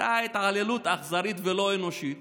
הייתה התעללות אכזרית ולא אנושית.